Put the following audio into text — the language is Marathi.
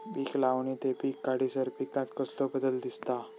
पीक लावणी ते पीक काढीसर पिकांत कसलो बदल दिसता?